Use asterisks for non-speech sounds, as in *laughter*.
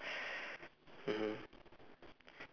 *breath* mmhmm